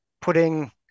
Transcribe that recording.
putting